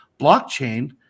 Blockchain